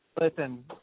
Listen